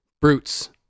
brutes